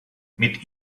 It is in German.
mit